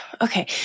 Okay